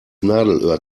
nadelöhr